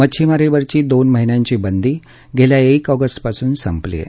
मच्छीमारीवरची दोन महिन्यांची बंदी गेल्या एक ऑगस्टपासून संपली आहे